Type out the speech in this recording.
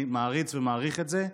אני מעריץ ומעריך את זה,